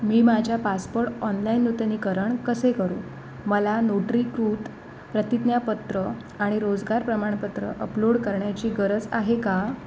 मी माझ्या passport online नूतनीकरण कसे करू मला नोटरीकृत प्रतिज्ञापत्र आणि रोजगार प्रमाणपत्र अपलोड करण्याची गरज आहे का